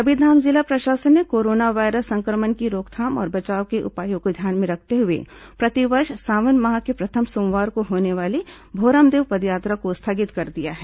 कबीरधाम जिला प्रशासन ने कोरोना वायरस संक्रमण की रोकथाम और बचाव के उपायों को ध्यान में रखते हुए प्रतिवर्ष सावन माह के प्रथम सोमवार को होने वाली भोरमदेव पदयात्रा को स्थगित कर दिया है